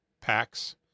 packs